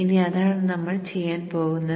ഇനി അതാണ് നമ്മൾ ചെയ്യാൻ പോകുന്നത്